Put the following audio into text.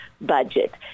budget